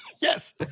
yes